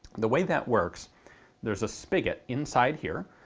the way that works there's a spigot inside here,